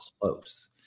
close